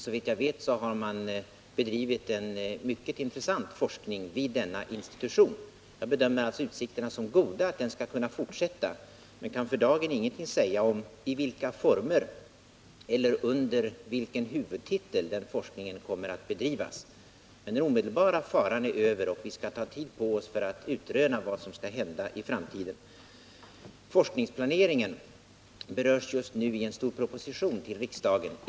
Såvitt jag vet har man bedrivit en mycket intressant forskning vid denna institution. Jag bedömer alltså utsikterna att forskningen skall kunna fortsätta som goda men kan för dagen ingenting säga om i vilka former och under vilken huvudtitel denna forskning kommer att bedrivas. Den omedelbara faran är emellertid över, och vi skall ta tid på oss för att utreda vad som skall hända i framtiden. Forskningsplaneringen behandlas i en stor proposition som skall föreläggas riksdagen.